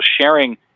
sharing